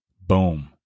Boom